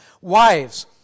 Wives